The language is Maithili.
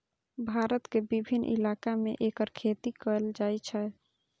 भारत के विभिन्न इलाका मे एकर खेती कैल जाइ छै